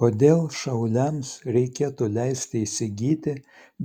kodėl šauliams reikėtų leisti įsigyti